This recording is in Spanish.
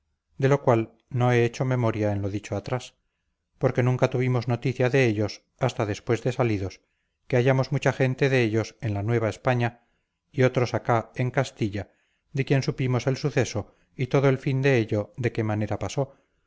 de lo cual no he hecho memoria en lo dicho atrás porque nunca tuvimos noticia de ellos hasta después de salidos que hallamos mucha gente de ellos en la nueva españa y otros acá en castilla de quien supimos el suceso y todo el fin de ello de qué manera pasó